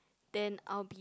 then I'll be